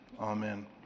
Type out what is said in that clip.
Amen